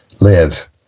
live